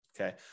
okay